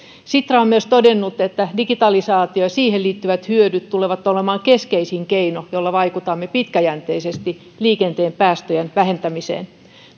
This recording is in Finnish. sitra on myös todennut että digitalisaatio ja siihen liittyvät hyödyt tulevat olemaan keskeisin keino jolla vaikutamme pitkäjänteisesti liikenteen päästöjen vähentämiseen